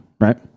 right